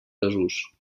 desús